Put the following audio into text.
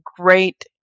great